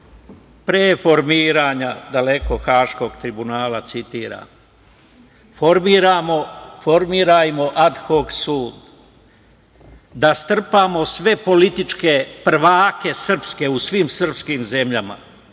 pre formiranja Haškog tribunala, citiram: „Formirajmo ad hok sud, da strpamo sve političke prvake srpske u svim srpskim zemljama,